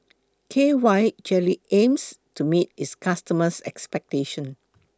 K Y Jelly aims to meet its customers' expectations